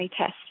test